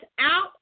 out